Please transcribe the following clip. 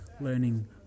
learning